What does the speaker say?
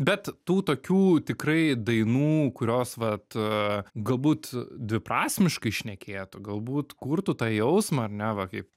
bet tų tokių tikrai dainų kurios vat galbūt dviprasmiškai šnekėtų galbūt kurtų tą jausmą ar ne va kaip